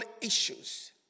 issues